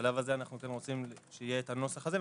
בשלב הזה אנו רוצים שיהיה הנוסח הזה,